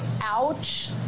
ouch